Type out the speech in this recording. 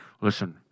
Listen